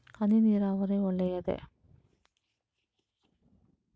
ಹನಿ ನೀರಾವರಿ ಒಳ್ಳೆಯದೇ?